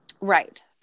Right